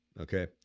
okay